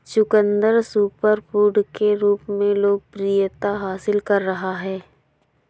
चुकंदर सुपरफूड के रूप में लोकप्रियता हासिल कर रहा है